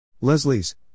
Leslie's